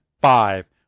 five